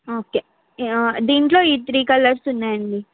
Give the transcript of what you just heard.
okay దీంట్లో ఈ three colours ఉన్నాయండి